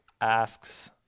asks